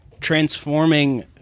transforming